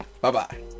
Bye-bye